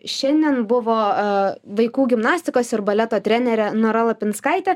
šiandien buvo vaikų gimnastikos ir baleto trenerė nora lapinskaitė